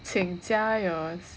请加油